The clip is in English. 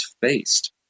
faced